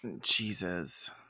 jesus